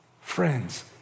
Friends